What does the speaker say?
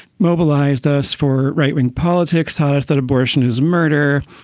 mobilized us for right wing politics, ah us that abortion is murder,